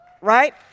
Right